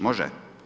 Može?